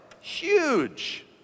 huge